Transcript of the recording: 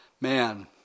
man